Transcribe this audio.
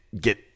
get